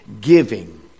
giving